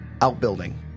outbuilding